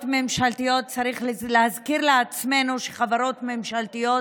ממשלתיות צריך להזכיר לעצמנו שחברות ממשלתיות